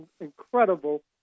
incredible